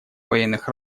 военных